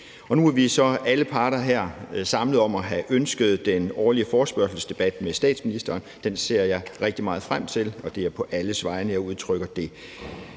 nu er alle parter så samlet her om at have ønsket den årlige forespørgselsdebat med statsministeren. Den ser jeg rigtig meget frem til, og det udtrykker jeg på alles vegne. Jeg har en